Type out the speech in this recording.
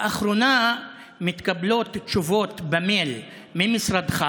לאחרונה מתקבלות תשובות במייל ממשרדך